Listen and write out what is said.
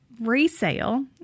resale –